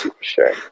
Sure